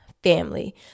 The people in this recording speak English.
family